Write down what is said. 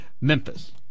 Memphis